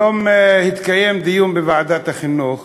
היום התקיים דיון בוועדת החינוך